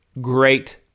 great